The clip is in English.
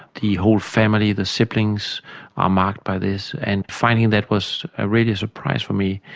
the whole family, the siblings are marked by this. and finding that was ah really a surprise for me,